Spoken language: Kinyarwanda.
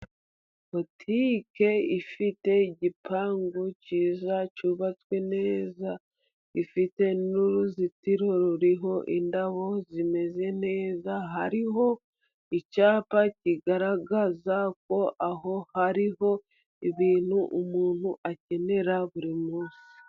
Butike ifite igipangu cyiza cyubatswe neza. ifite n'uruzitiro ruriho indabo zimeze neza, hariho icyapa kigaragaza ko aho hariho ibintu umuntu akenera buri munsi.